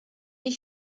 ich